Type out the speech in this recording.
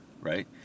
right